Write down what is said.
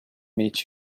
meet